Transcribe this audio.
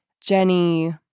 Jenny